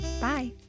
Bye